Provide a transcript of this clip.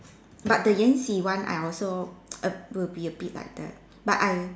but Yanxi one I also err will be a bit like that but I